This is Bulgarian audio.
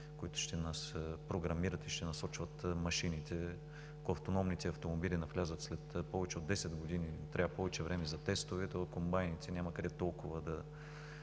които ще програмират и ще насочват машините. Ако автономните автомобили навлязат след повече от 10 години, ни трябва повече време за тестове, то при комбайните няма толкова